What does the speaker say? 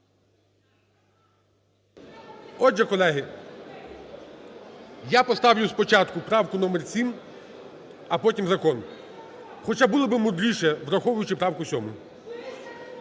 Отже, колеги, я поставлю спочатку правку номер 7, а потім закон. Хоча було би мудріше, враховуючи правку 7.